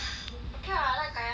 okay [what] I like kaya sia